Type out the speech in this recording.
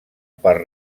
per